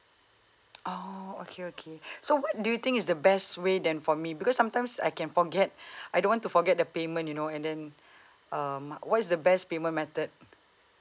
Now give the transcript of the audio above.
oh okay okay so what do you think is the best way then for me because sometimes I can forget I don't to forget the payment you know and then um what is the best payment method